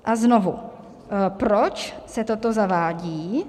A znovu: Proč se toto zavádí?